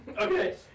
Okay